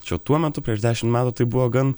čia tuo metu prieš dešimt metų tai buvo gan